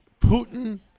Putin